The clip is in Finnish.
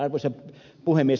arvoisa puhemies